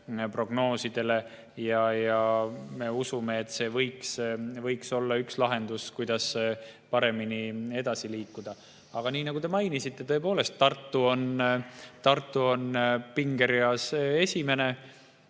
prognoosidele, ja me usume, et see võiks olla üks lahendus, kuidas paremini edasi liikuda. Aga nii nagu te mainisite, tõepoolest, Tartu on pingereas esimene.